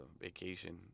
vacation